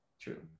true